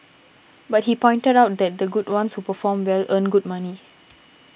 but he pointed out that the good ones who perform well earn good money